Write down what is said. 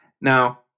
Now